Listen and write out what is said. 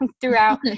throughout